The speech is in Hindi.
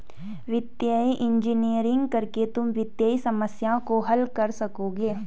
वित्तीय इंजीनियरिंग करके तुम वित्तीय समस्याओं को हल कर सकोगे